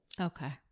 Okay